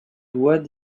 doigt